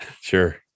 sure